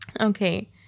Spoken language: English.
Okay